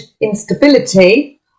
instability